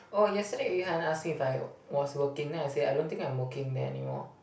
oh yesterday Yu-Han ask me if I was working then I say I don't think I'm working there anymore